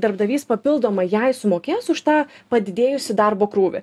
darbdavys papildomai jai sumokės už tą padidėjusį darbo krūvį